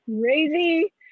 crazy